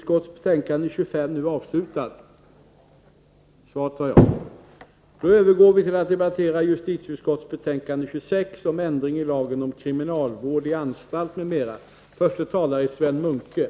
Kammaren övergår nu till att debattera justitieutskottets betänkande 26 om ändring i lagen om kriminalvård i anstalt m.m.